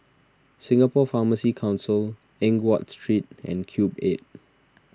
Singapore Pharmacy Council Eng Watt Street and Cube eight